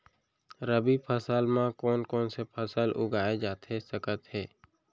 रबि फसल म कोन कोन से फसल उगाए जाथे सकत हे?